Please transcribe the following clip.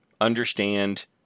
Understand